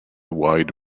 wide